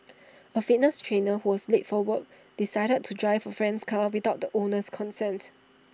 A fitness trainer who was late for work decided to drive A friend's car without the owner's consent